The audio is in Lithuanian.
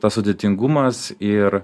tas sudėtingumas ir